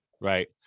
Right